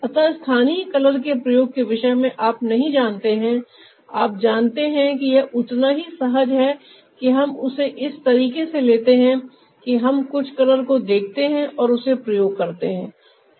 अतः स्थानीय कलर के प्रयोग के विषय में आप नहीं जानते हैं आप जानते है कि यह उतना ही सहज है कि हम उसे इस तरीके से लेते हैं कि हम कुछ कलर को देखते हैं और उसे प्रयोग करते हैं